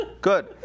Good